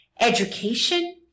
Education